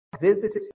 visited